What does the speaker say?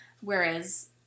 whereas